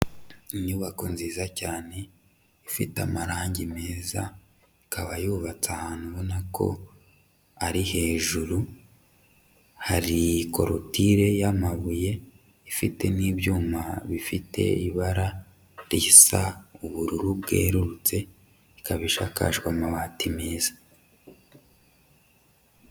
Inyubako nziza cyane, ifite amarangi meza, ikaba yubatse ahantu ubona ko ari hejuru, hari korutire yamabuye, ifite n'ibyuma bifite ibara risa ubururu bwerurutse, ikaba isakajwe amabati meza.